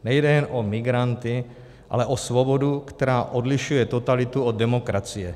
Nejde jen o migranty, ale o svobodu, která odlišuje totalitu od demokracie.